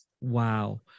Wow